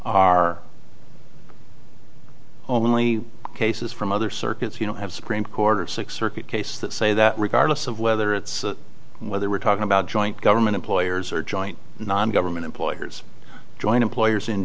are only cases from other circuits you know have supreme court or six circuit case that say that regardless of whether it's whether we're talking about joint government employers or joint non government employers joint employers in